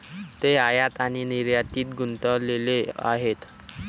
ते आयात आणि निर्यातीत गुंतलेले आहेत